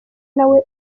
nawe